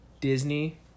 Disney